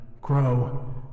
grow